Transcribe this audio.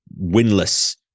winless